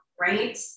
right